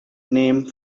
named